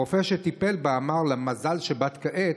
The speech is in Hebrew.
הרופא שטיפל בה אמר לה: מזל שבאת כעת,